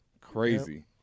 Crazy